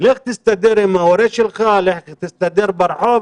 לך תסתדר עם ההורה שלך, לך תסתדר ברחוב,